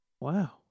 Wow